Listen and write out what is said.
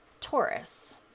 Taurus